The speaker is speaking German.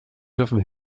dürfen